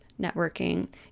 networking